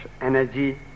energy